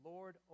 Lord